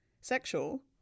sexual